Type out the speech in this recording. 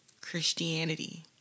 Christianity